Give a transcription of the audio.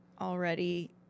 already